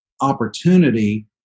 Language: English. opportunity